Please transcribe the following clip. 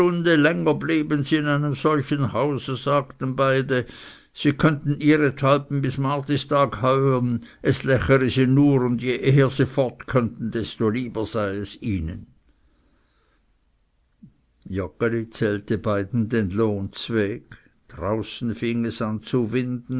in einem solchen hause sagten beide sie könnten ihrethalben bis martistag heuen es lächere sie nur und je eher sie fort könnten desto lieber sei es ihnen joggeli zählte beiden den lohn zweg draußen fing es an zu